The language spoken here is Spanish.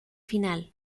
final